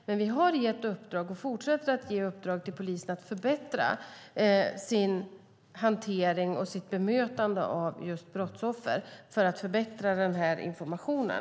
Men vi har gett uppdrag och fortsätter att ge uppdrag till polisen att förbättra sin hantering och sitt bemötande av just brottsoffer för att förbättra den här informationen.